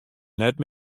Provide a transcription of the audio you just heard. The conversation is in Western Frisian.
net